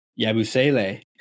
Yabusele